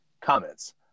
Comments